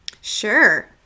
Sure